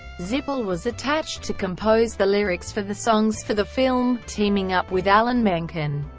zippel was attached to compose the lyrics for the songs for the film, teaming up with alan menken.